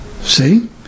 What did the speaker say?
See